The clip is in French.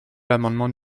l’amendement